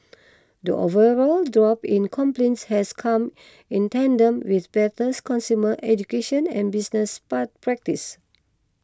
the overall drop in complaints has come in tandem with better consumer education and business pa practices